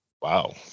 Wow